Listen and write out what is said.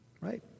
right